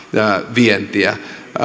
vientiä